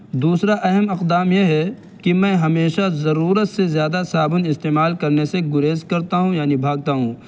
دوسرا اہم اقدام یہ ہے کہ میں ہمیشہ ضرورت سے زیادہ صابن استعمال کرنے سے گریز کرتا ہوں یعنی بھاگتا ہوں